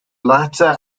latter